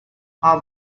how